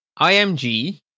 IMG